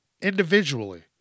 Individually